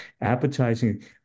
appetizing